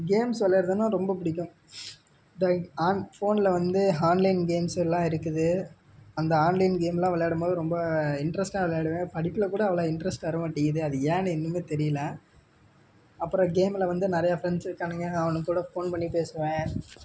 games விளையாட்றதுன்னா ரொம்ப பிடிக்கும் ஆன் ஃபோனில் வந்து ஆன்லைன் கேம்ஸ் எல்லாம் இருக்குது அந்த ஆன்லைன் கேம்லாம் வெளையாடும்போது ரொம்ப இன்ட்ரெஸ்ட்டாக வெளையாடுவேன் படிப்பில் கூட அவ்வளோ இன்ட்ரெஸ்ட் வர மாட்டேங்குது அது ஏன்னு இன்னமும் தெரியலை அப்புறம் கேமில் வந்து நிறையா ஃப்ரெண்ட்ஸ் இருக்கானுங்க அவனுங்க கூட ஃபோன் பண்ணி பேசுவேன்